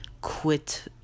quit